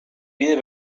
pide